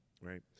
right